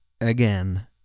Again